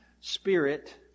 Spirit